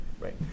right